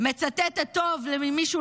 כל פעם שתפריע לי אני אחזור, חבל.